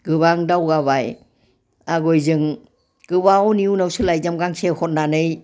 गोबां दावगाबाय आगय जों गोबावनि उनावसो लायजाम गांसे हरनानै